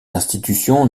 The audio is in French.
institutions